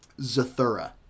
Zathura